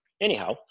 anyhow